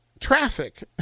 Traffic